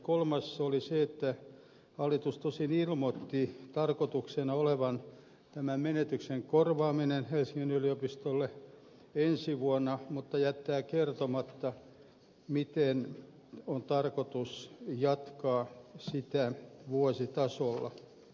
kolmas oli se että hallitus tosin ilmoitti tarkoituksena olevan tämän menetyksen korvaaminen helsingin yliopistolle ensi vuonna mutta jättää kertomatta miten on tarkoitus jatkaa sitä vuositasolla